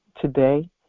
today